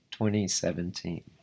2017